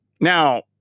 Now